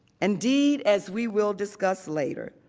indeed, as we will discuss later,